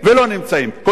כולל ראש הממשלה.